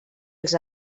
els